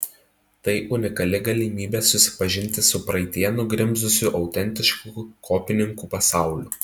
tai unikali galimybė susipažinti su praeityje nugrimzdusiu autentišku kopininkų pasauliu